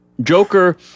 Joker